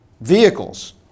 vehicles